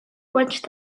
watched